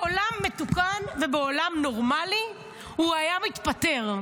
בעולם מתוקן ובעולם נורמלי הוא היה מתפטר.